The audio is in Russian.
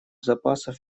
запасов